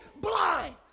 blind